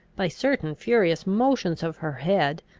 by certain furious motions of her head,